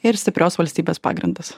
ir stiprios valstybės pagrindas